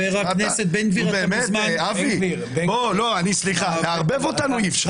נו, באמת, אבי, לערבב אותנו אי אפשר.